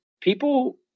people